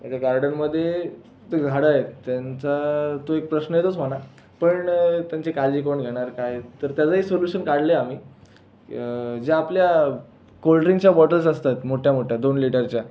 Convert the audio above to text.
ज्या गार्डनमध्ये ते झाडं आहेत त्यांचा तो एक प्रश्न येतोच म्हणा पण त्यांची काळजी कोण घेणार काय तर त्याचंही सोल्यूशन काढलं आहे आम्ही ज्या आपल्या कोल्डड्रिंकच्या बॉटल्स असतात मोठ्या मोठ्या दोन लिटरच्या